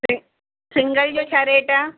सि सिंगल जो छा रेट आहे